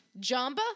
Jamba